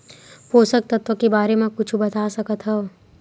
पोषक तत्व के बारे मा कुछु बता सकत हवय?